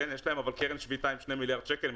אבל יש לה קרן שביתה עם 2 מיליארד שקל,